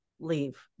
leave